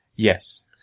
Yes